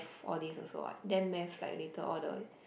for this also what then math like later all the